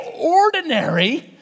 ordinary